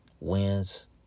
wins